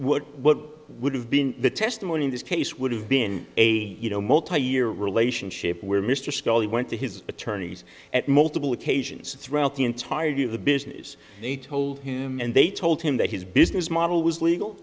know what would have been the testimony in this case would have been a you know multi year relationship where mr scully went to his attorneys at multiple occasions throughout the entirety of the business they told him and they told him that his business model was legal